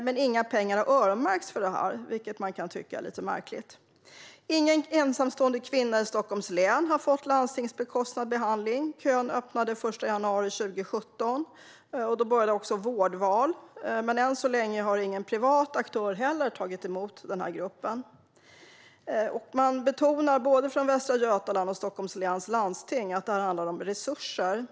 Men inga pengar har öronmärkts för det, vilket man kan tycka är lite märkligt. Ingen ensamstående kvinna i Stockholms län har fått landstingsbekostad behandling. Kön öppnade den 1 januari 2017, och då började också vårdval. Än så länge har inte heller någon privat aktör tagit emot den här gruppen. Man betonar både från Västra Götaland och Stockholms län landsting att det handlar om resurser.